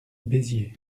béziers